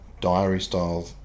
diary-style